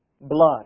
blood